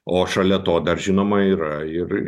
o šalia to dar žinoma yra ir